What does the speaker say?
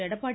Edappadi